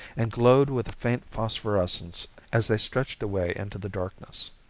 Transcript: and glowed with a faint phosphorescence as they stretched away into the darkness.